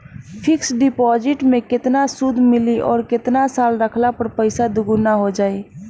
Fix deposit मे केतना सूद मिली आउर केतना साल रखला मे पैसा दोगुना हो जायी?